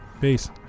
Peace